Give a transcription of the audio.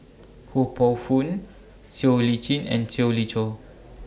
Ho Poh Fun Siow Lee Chin and Siew Lee Choh